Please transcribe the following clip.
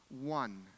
one